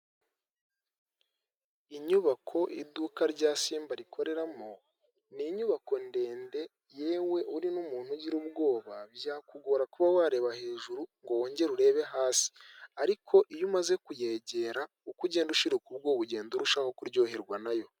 Inyubako iduka rya simba rikoreramo, n'inyubako ndende yewe uri n'umuntu ugira ubwoba byakugora kuba wareba hejuru ngo wongere urebe hasi, ariko iyo umaze kuyegera uko ugenda ushirarika ubwo ugenda urushaho kuryoherwa nayo.